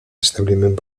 establiment